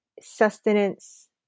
sustenance